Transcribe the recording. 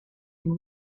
and